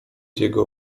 jego